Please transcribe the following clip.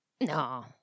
No